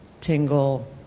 tingle